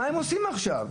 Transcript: מה הם עושים עכשיו?